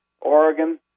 Oregon